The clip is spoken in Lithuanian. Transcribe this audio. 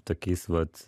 tokiais vat